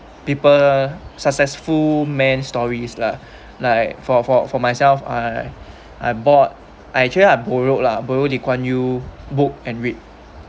people successful man stories lah like for for for myself I I bought I actually I'm borrowed lah borrowed Lee Kuan Yew book and read